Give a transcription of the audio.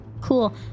Cool